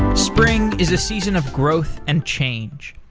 spring is a season of growth and change.